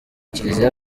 kiliziya